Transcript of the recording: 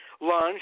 lunch